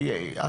אז בבקשה.